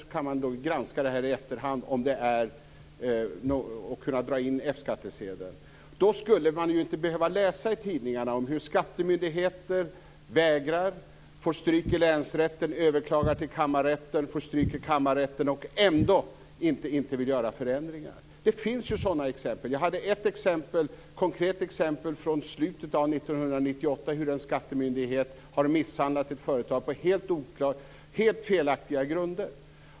I efterhand granskar man uppgifterna och kan dra in F-skattsedlar. Under sådana förhållanden skulle man inte behöva läsa i tidningarna om hur skattemyndigheter vägrar att utfärda F-skattsedel, förlorar i länsrätten, överklagar till kammarrätten och förlorar där men ändå inte vill göra förändringar. Det finns sådana exempel. Vi hade ett konkret exempel i slutet av 1998, där en skattemyndighet har misshandlat ett företag på helt felaktiga grunder.